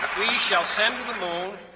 shall send to the moon,